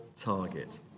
target